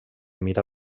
mira